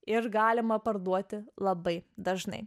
ir galima parduoti labai dažnai